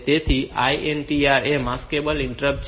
તેથી INTR એ maskable interrupt છે